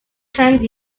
kandi